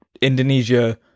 Indonesia